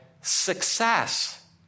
success